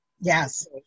Yes